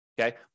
Okay